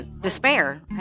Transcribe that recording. despair